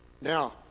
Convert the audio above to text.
Now